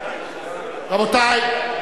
רבותי,